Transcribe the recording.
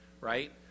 right